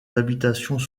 habitations